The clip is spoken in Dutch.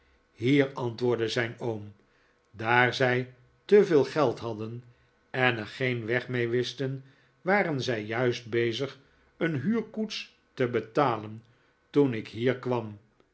hier antwoordde zijn oom daar zij te veel geld hadden en er geen weg mee wisten waren zij juist bezig een huurkoets te betalen toen ik hier kwam